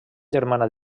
germana